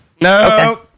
no